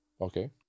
Okay